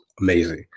amazing